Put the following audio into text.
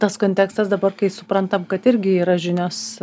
tas kontekstas dabar kai suprantam kad irgi yra žinios